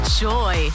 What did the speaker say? joy